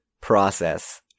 process